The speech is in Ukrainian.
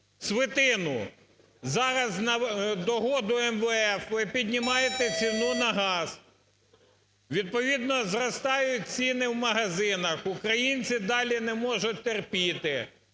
свитину? Зараз на догоду МВФ ви піднімаєте ціну на газ, відповідно зростають ціни в магазинах, українці далі не можуть терпіти,